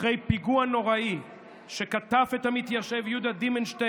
אחרי פיגוע נורא שקטף את המתיישב יהודה דימנטמן,